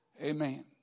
Amen